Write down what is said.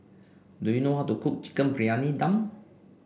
do you know how to cook Chicken Briyani Dum